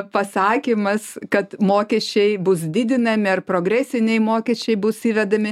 pasakymas kad mokesčiai bus didinami ar progresiniai mokesčiai bus įvedami